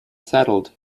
settled